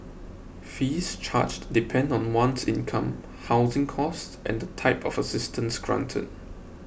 fees charged depend on one's income housing cost and the type of assistance granted